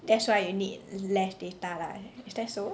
that's why you need less data lah is that so